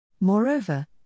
Moreover